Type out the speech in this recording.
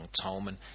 Tolman